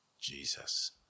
Jesus